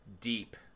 deep